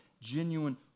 genuine